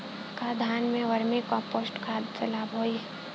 का धान में वर्मी कंपोस्ट खाद से लाभ होई?